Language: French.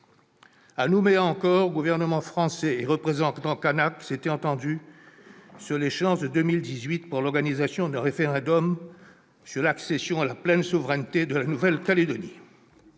À Nouméa encore, gouvernement français et représentants kanaks s'étaient entendus sur l'échéance de 2018 pour l'organisation d'un référendum sur l'accession à la pleine souveraineté de la Nouvelle-Calédonie.